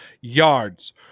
yards